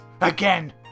again